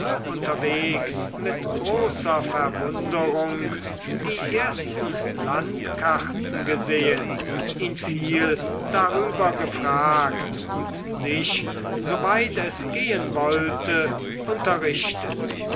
unterwegs mit großer verwunderung die ersten landkarten gesehen ihn viel darüber gefragt und sich soweit es gehen wollte unterrichtet